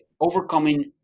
overcoming